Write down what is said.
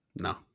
No